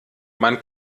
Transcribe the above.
man